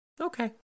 Okay